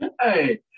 Hey